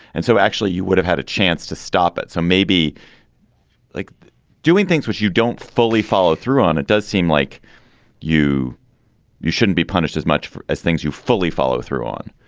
and so actually you would have had a chance to stop it so maybe like doing things which you don't fully follow through on. it does seem like you you shouldn't be punished as much as things you fully follow through on.